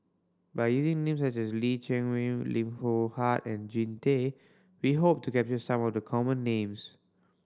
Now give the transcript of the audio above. by using names such as Lee Chiaw Meng Lim Loh Huat and Jean Tay we hope to capture some of the common names